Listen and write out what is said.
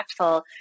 impactful